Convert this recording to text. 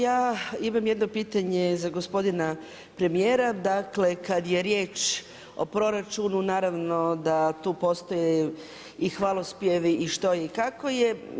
Ja imam jedno pitanje za gospodina premijera, dakle kada je riječ o proračunu, naravno da tu postoje i hvalospjevi i što i kako je.